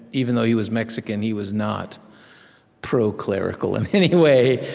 even though he was mexican, he was not pro-clerical in any way,